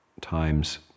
times